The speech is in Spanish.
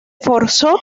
forzó